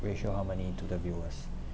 racial harmony to the viewers